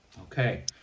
Okay